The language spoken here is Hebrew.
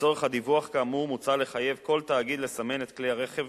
לצורך הדיווח כאמור מוצע לחייב כל תאגיד לסמן את כלי הרכב